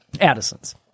Addison's